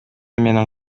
менен